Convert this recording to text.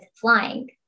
flying